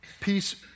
peace